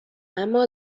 اما